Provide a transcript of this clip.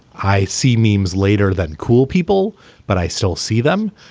i see moms later than cool people but i still see them.